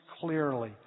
clearly